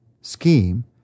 scheme